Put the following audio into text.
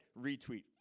retweet